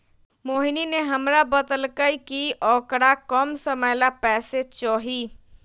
मोहिनी ने हमरा बतल कई कि औकरा कम समय ला पैसे चहि